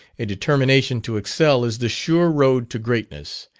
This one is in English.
a determination to excel is the sure road to greatness,